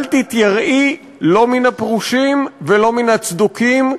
אל תתייראי לא מן הפרושים ולא מן הצדוקים,